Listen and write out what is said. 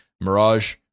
mirage